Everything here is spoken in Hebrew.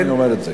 ואני אומר את זה,